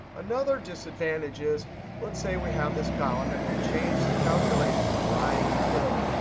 another disadvantage is let's say we have this column, and we change the calculation. right click.